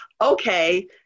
okay